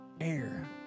air